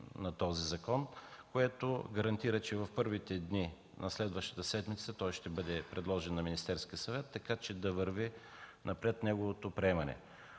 на този закон, което гарантира, че в първите дни на следващата седмица той ще бъде предложен на Министерския съвет. Така че неговото приемане